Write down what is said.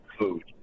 food